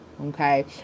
Okay